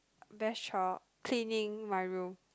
best choir cleaning my room